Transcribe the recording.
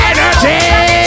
Energy